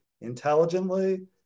intelligently